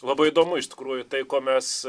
labai įdomu iš tikrųjų tai ko mes